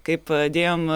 kai dėjom